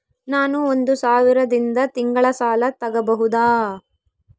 ನಾನು ಒಂದು ಸಾವಿರದಿಂದ ತಿಂಗಳ ಸಾಲ ತಗಬಹುದಾ?